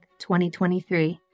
2023